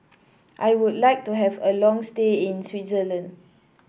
I would like to have a long stay in Switzerland